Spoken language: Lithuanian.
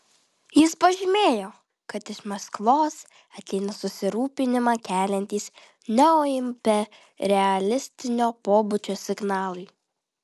jis pažymėjo kad iš maskvos ateina susirūpinimą keliantys neoimperialistinio pobūdžio signalai